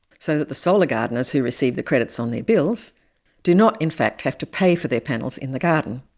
so that the solar gardeners who receive the credits on their bills do not in fact have to pay for their panels in the garden.